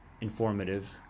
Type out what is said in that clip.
Informative